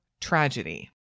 tragedy